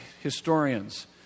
historians